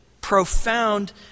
profound